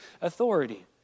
authority